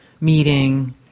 meeting